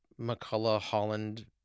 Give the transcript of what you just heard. McCullough-Holland